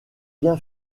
bien